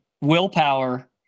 willpower